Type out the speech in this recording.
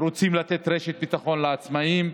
רוצים לתת רשת ביטחון לעצמאים.